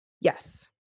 Yes